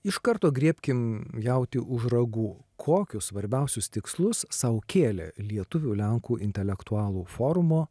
iš karto griebkime jautį už ragų kokius svarbiausius tikslus sau kėlė lietuvių lenkų intelektualų forumo